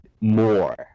more